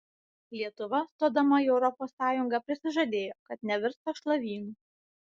lietuva stodama į europos sąjungą prisižadėjo kad nevirs sąšlavynu